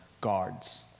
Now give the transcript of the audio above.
guards